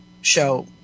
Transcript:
show